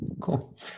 Cool